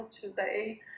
today